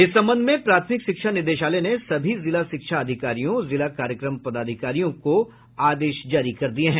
इस संबंध में प्राथमिक शिक्षा निदेशालय ने सभी जिला शिक्षा अधिकारियों और जिला कार्यक्रम पदाधिकारियों को आदेश जारी कर दिया है